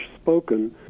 spoken